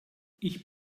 ich